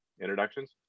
introductions